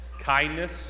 kindness